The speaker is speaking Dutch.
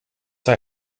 hij